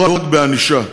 לא רק בענישה.